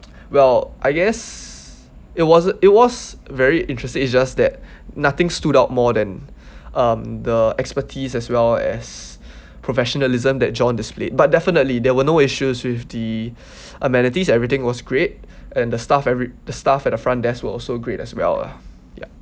well I guess it wasn't it was very interesting it's just that nothing stood out more than um the expertise as well as professionalism that john displayed but definitely there were no issues with the amenities everything was great and the staff every the staff at the front desk were also great as well uh ya